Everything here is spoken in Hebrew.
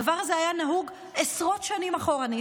הדבר הזה היה נהוג עשרות שנים אחורנית,